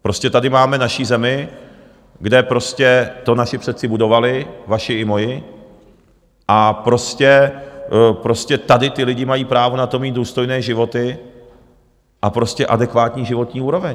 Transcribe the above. Prostě tady máme naši zemi, kde prostě to naši předci budovali, vaši i moji, a prostě tady ti lidé mají právo na to mít důstojné životy a adekvátní životní úroveň.